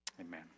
Amen